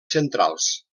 centrals